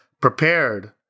prepared